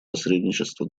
посредничество